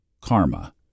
Karma